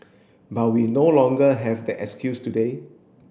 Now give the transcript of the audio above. but we no longer have that excuse today